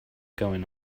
going